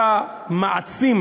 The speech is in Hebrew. מעצים